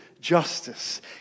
justice